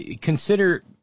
Consider